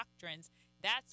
doctrines—that's